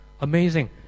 Amazing